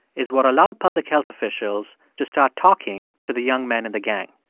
is what allowed public health officials to start talking to the young men in the gang.